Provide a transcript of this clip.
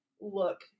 look